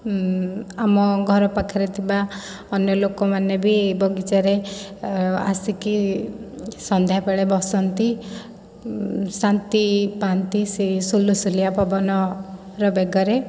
ଉଁ ଆମ ଘର ପାଖରେ ଥିବା ଅନ୍ୟ ଲୋକମାନେ ବି ବଗିଚାରେ ଆସିକି ସନ୍ଧ୍ୟାବେଳେ ବସନ୍ତି ଶାନ୍ତି ପାଆନ୍ତି ସେ ସୁଲୁସଲିଆ ପବନର ବେଗରେ